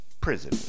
prison